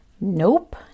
Nope